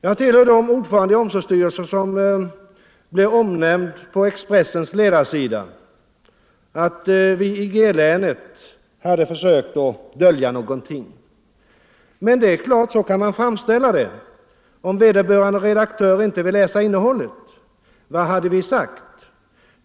Jag tillhör de ordförande i omsorgsstyrelser som blev omnämnda på Expressens ledarsida — vi i G-länet hade försökt dölja någonting, hette det. Så kan man framställa saken, om vederbörande redaktör inte vill läsa innehållet. Vad har vi sagt?